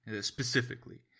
specifically